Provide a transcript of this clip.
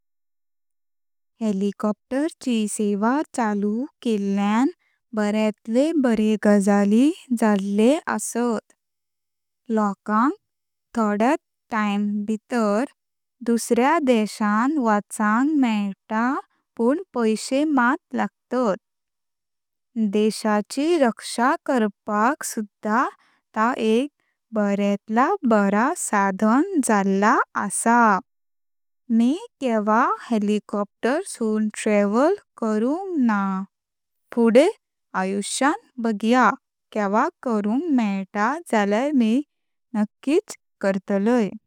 हेलिकॉप्टर ची सेवा चालू केल्यां बर्यताले बरे गजाली झाल्ले आसात। लोकांक थोड्यात टाइम भितर दुसऱ्या देशांन वाचंक मेळता पण पैशे माट लागतात। देशाची रक्षा करपाकुद्धा ता एक बर्यातला बरा साधन झाल्ला आसा। मी केवा हेलिकॉप्टर सुन ट्रॅव्हल करूनक ना। फुडे आयुष्यां बाघ्या केवा करुंक मेळता झाल्यार मी नककीच करतलय।